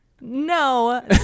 No